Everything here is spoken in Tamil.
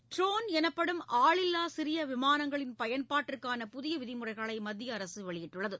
ட்ரோன் எனப்படும் ஆளில்லா சிறிய விமானங்களின் பயன்பாட்டிற்கான புதிய விதிமுறைகளை மத்திய அரசு வெளியிட்டுள்ளது